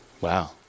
Wow